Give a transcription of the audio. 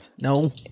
No